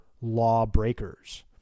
Lawbreakers